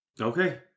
okay